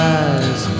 eyes